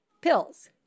pills